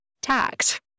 tax